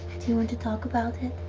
do you want to talk about it?